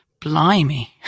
Blimey